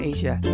Asia